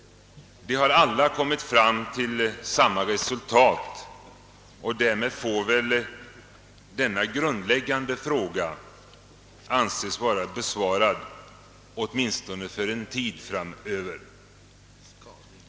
De har alla kommit fram till samma resultat, och därmed får väl denna grundläggande fråga anses vara besvarad åtminstone för en tid framöver.